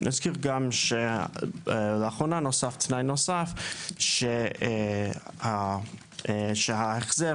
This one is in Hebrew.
נזכיר גם שלאחרונה נוסף תנאי נוסף שלגבי החזר